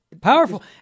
Powerful